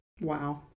Wow